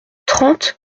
trente